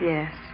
Yes